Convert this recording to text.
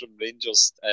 Rangers